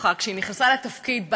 כשהיא נכנסה לתפקיד,